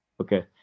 Okay